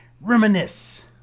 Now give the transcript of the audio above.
reminisce